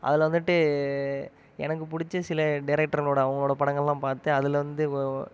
அதில் வந்துட்டு எனக்கு பிடிச்ச சில டைரக்டர்ங்களோடய அவங்களோடய படங்கள்லாம் பார்த்து அதில் இருந்து